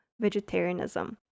vegetarianism